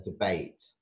debate